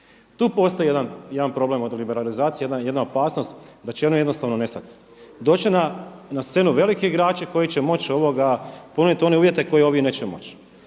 Tu postoji jedan problem oko liberalizacije, jedan opasnost da će oni jednostavno nestati. Doći će na scenu veliki igrači koji će moći ponuditi one uvjete koje ovi neće moći.